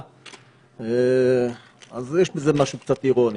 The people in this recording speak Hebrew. אין תוכנית בניין.